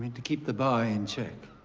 to keep the boy in check?